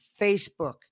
Facebook